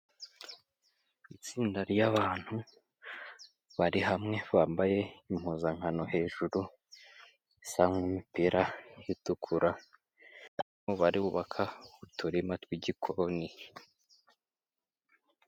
Itsinda ry'abantu bari hamwe bambaye impuzankano hejuru, isa ni impira itukura, barimo barubaka uturima tw'igikoni.